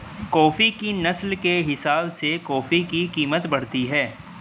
coffee की नस्ल के हिसाब से कॉफी की कीमत बढ़ती है